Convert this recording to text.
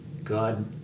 God